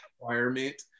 requirement